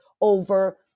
over